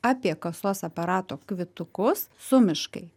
apie kasos aparato kvitukus sumiškai